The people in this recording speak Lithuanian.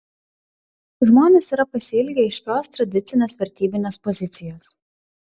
žmonės yra pasiilgę aiškios tradicinės vertybinės pozicijos